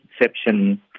exception